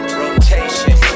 rotation